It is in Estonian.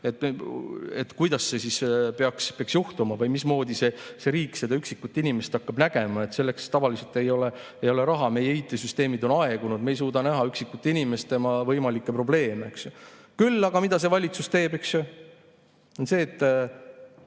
kuidas see peaks juhtuma või mismoodi riik seda üksikut inimest hakkab nägema. Selleks tavaliselt ei ole raha. Meie IT‑süsteemid on aegunud. Me ei suuda näha üksikut inimest ja tema võimalikke probleeme, eks ju. Küll aga mida see valitsus teeb, on see, et